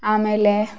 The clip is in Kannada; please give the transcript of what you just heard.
ಆಮೇಲೆ